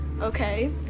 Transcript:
okay